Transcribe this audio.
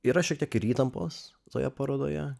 yra šiek tiek ir įtampos toje parodoje